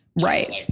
Right